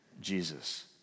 Jesus